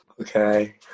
Okay